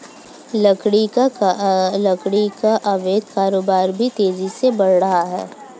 मैंने बहुतों को स्टॉक मार्केट में पैसा गंवाते देखा हैं